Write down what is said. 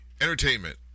entertainment